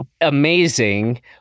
amazing